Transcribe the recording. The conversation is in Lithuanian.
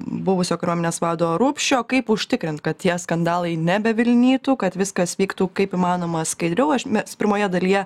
buvusio kariuomenės vado rupšio kaip užtikrint kad tie skandalai nebevilnytų kad viskas vyktų kaip įmanoma skaidriau aš mes pirmoje dalyje